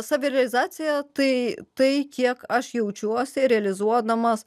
savirealizacija tai tai kiek aš jaučiuosi realizuodamas